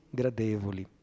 gradevoli